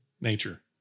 nature